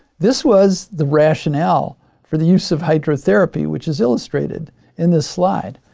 this was the rationale for the use of hydrotherapy, which is illustrated in this slide.